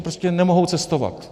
Prostě nemohou cestovat?